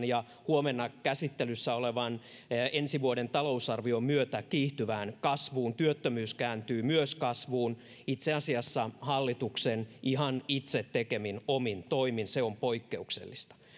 ja huomenna käsittelyssä olevan ensi vuoden talousarvion myötä kiihtyvään kasvuun työttömyys kääntyy myös kasvuun itse asiassa hallituksen ihan itse tekemin omin toimin se on poikkeuksellista